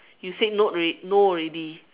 you said no rea~ no already